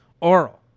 oral